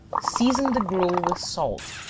season the gruel with salt,